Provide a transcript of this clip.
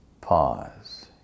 Pause